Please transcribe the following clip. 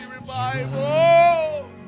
revival